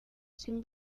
sin